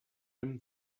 him